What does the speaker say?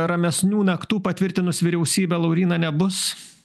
ramesnių naktų patvirtinus vyriausybę lauryna nebus